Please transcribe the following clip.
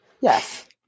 Yes